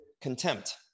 contempt